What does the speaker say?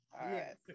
Yes